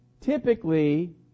typically